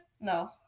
No